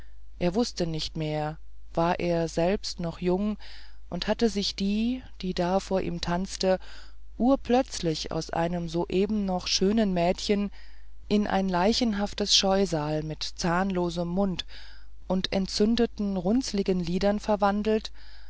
er wußte nicht mehr war er selbst noch jung und hatte sich die die da vor ihm tanzte urplötzlich aus einem soeben noch schönen mädchen in ein leichenhaftes scheusal mit zahnlosem mund und entzündeten runzligen lidern verwandelt